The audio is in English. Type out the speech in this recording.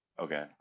okay